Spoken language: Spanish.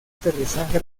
aterrizaje